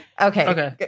Okay